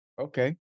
Okay